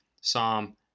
Psalm